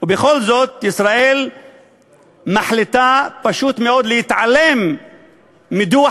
ובכל זאת ישראל מחליטה פשוט מאוד להתעלם מדוח